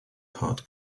part